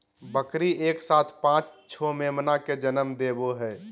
बकरी एक साथ पांच छो मेमना के जनम देवई हई